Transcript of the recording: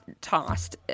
tossed